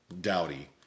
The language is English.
dowdy